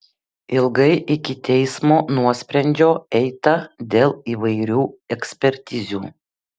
ilgai iki teismo nuosprendžio eita dėl įvairių ekspertizių